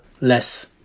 less